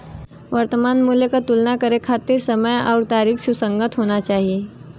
वर्तमान मूल्य क तुलना करे खातिर समय आउर तारीख सुसंगत होना चाही